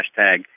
hashtag